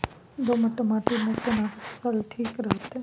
दोमट माटी मे केना फसल ठीक रहत?